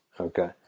Okay